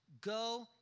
go